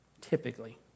typically